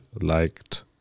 liked